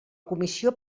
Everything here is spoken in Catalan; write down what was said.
comissió